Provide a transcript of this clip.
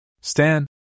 Stan